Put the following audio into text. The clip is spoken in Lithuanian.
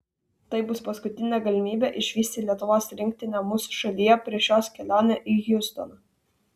tai bus paskutinė galimybė išvysti lietuvos rinktinę mūsų šalyje prieš jos kelionę į hjustoną